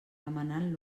remenant